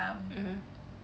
mmhmm